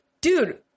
dude